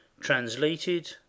Translated